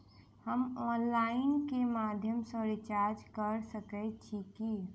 हम ऑनलाइन केँ माध्यम सँ रिचार्ज कऽ सकैत छी की?